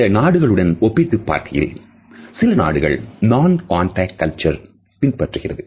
இந்த நாடுகளுடன் ஒப்பிட்டுப் பார்க்கையில் சில நாடுகள் நான் காண்டக்ட் கல்ச்சர் பின்பற்றுகிறது